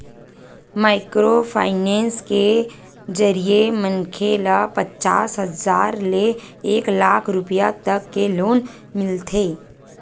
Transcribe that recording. micro finance के जरिए मनखे ल पचास हजार ले एक लाख रूपिया तक के लोन मिलथे